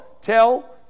tell